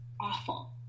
awful